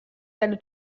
seine